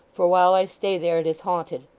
for while i stay there, it is haunted.